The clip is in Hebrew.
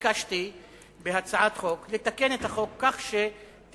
ביקשתי בהצעת חוק לתקן את החוק כך שתהיה